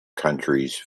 countries